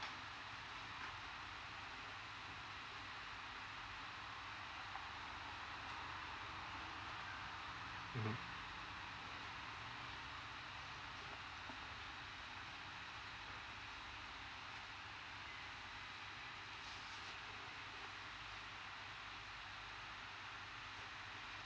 mmhmm